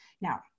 Now